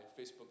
Facebook